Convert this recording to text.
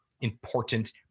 important